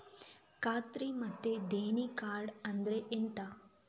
ಖಾತ್ರಿ ಮತ್ತೆ ದೇಣಿ ಕಾರ್ಡ್ ಅಂದ್ರೆ ಎಂತ?